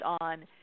on